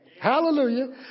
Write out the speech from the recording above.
Hallelujah